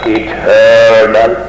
eternal